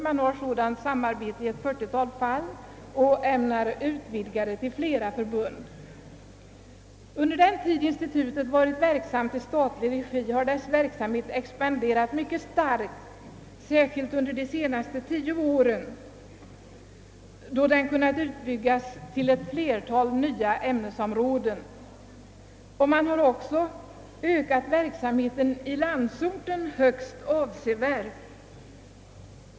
Sådant samarbete förekommer i ett 40-tal fall, och man ämnar utvidga det till flera förbund. Under den tid institutet varit verksamt i statlig regi har dess verksamhet expanderat mycket starkt, särskilt under de senaste tio åren, då den kunnat utbyggas till ett flertal nya yrkesoch ämnesområden. Det har också ökat verksamheten i landsorten högst avsevärt.